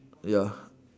ya